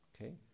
Okay